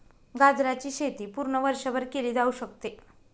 गाजराची शेती पूर्ण वर्षभर केली जाऊ शकते